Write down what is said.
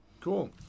Cool